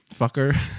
fucker